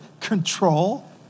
control